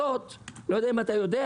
אני לא יודע אם אתה יודע,